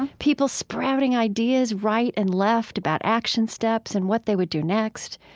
people sprouting ideas right and left about action steps and what they would do next.